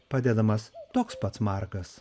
padedamas toks pats margas